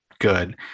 good